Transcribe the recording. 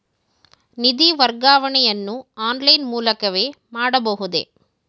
ನಿಧಿ ವರ್ಗಾವಣೆಯನ್ನು ಆನ್ಲೈನ್ ಮೂಲಕವೇ ಮಾಡಬಹುದೇ?